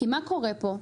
כי מה קורה פה?